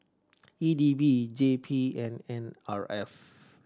E D B J P and N R F